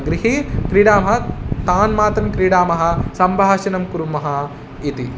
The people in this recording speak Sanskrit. गृहे क्रीडाः तान् मात्रं क्रीडामः सम्भाषणं कुर्मः इति